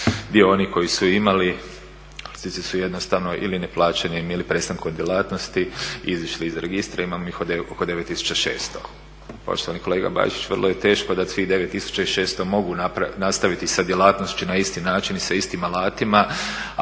Dio oni koji su imali … jednostavno ili neplaćenim ili prestankom djelatnosti izišli iz registra ima ih oko 9.600. Poštovani kolega Bačić vrlo je teško dati svih 9.600 mogu nastaviti sa djelatnošću na isti način i sa istim alatima